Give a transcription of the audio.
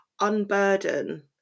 unburden